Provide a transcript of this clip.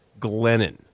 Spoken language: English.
Glennon